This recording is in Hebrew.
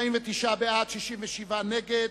48 בעד, אולם 68 נגד,